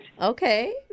Okay